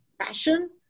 passion